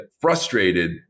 frustrated